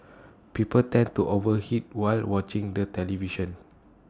people tend to overeat while watching the television